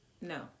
no